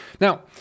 Now